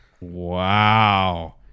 Wow